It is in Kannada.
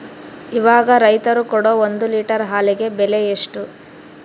ಇವಾಗ ರೈತರು ಕೊಡೊ ಒಂದು ಲೇಟರ್ ಹಾಲಿಗೆ ಬೆಲೆ ಎಷ್ಟು?